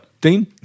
Dean